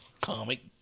comic